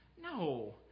no